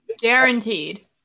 Guaranteed